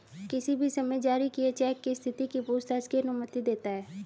किसी भी समय जारी किए चेक की स्थिति की पूछताछ की अनुमति देता है